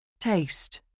Taste